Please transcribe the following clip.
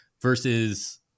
versus